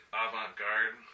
avant-garde